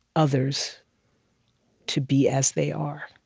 others to be as they are